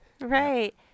Right